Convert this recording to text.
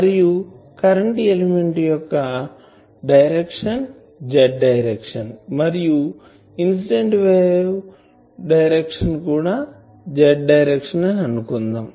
మరియు current element యొక్క direction Z direction మరియు ఇన్సిడెంట్ వేవ్ డైరెక్షన్ కూడా Z డైరెక్షన్ అని అనుకుందాం